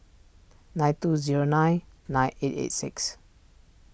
nine two zero nine nine eight eight six